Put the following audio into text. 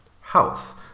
house